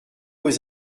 aux